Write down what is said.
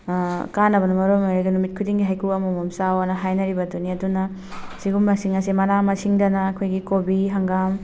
ꯀꯥꯟꯅꯕꯅ ꯃꯔꯝ ꯑꯣꯏꯔꯒ ꯅꯨꯃꯤꯠ ꯈꯨꯗꯤꯡꯒꯤ ꯍꯩꯀ꯭ꯔꯨ ꯑꯃꯃꯝ ꯆꯥꯎ ꯑꯅ ꯍꯥꯏꯅꯔꯤꯕꯗꯨꯅꯤ ꯑꯗꯨꯅ ꯁꯤꯒꯨꯝꯕꯁꯤꯡ ꯑꯁꯦ ꯃꯅꯥ ꯃꯁꯤꯡꯗꯅ ꯑꯩꯈꯣꯏꯒꯤ ꯀꯣꯕꯤ ꯍꯪꯒꯥꯝ